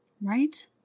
Right